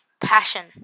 passion